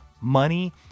money